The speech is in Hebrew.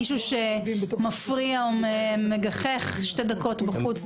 מישהו שמפריע או מגחך שתי דקות בחוץ.